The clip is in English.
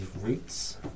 roots